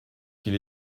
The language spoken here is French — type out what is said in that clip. qu’il